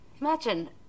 imagine